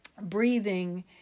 breathing